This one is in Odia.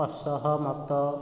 ଅସହମତ